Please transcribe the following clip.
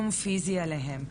שזה גם מגיע באמת,